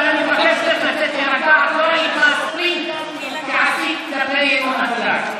אבל אני מבקש ממך לצאת להירגע, כלפי ינון אזולאי.